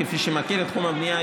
כמי שמכיר את תחום הבנייה,